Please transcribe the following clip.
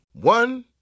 One